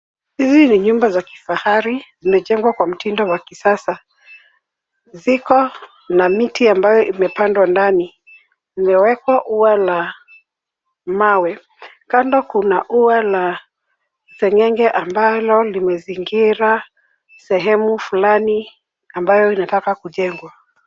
Hizi ni nyumba za kifahari, zimejengwa kwa mtindo wa kisasa. Ziko na miti ambayo imepandwa ndani. Imewekwa ua la mawe. Kando kuna ua la seng'enge ambalo limezingira sehemu fulani ambayo inataka kujengwa.